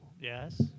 Yes